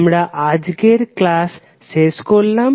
আমরা আজকের ক্লাস শেষ করলাম